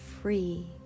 free